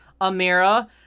Amira